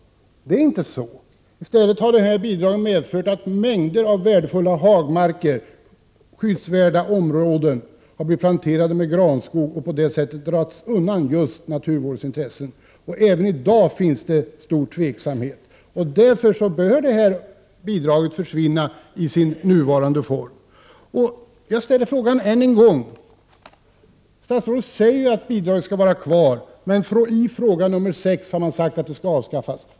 I stället har detta bidrag medfört att mängder av värdefulla hagmarker och skyddsvärda områden blivit planterade med granskog och undandragits naturvårdsintressen. Även i dag finns det stor osäkerhet. Därför bör detta bidrag i sin nuvarande form försvinna. Jag återkommer ännu en gång till min fråga. Statsrådet säger att bidraget skall vara kvar, men i frågeformuläret, som svar på fråga nr 6, sade socialdemokraterna att det skulle avskaffas.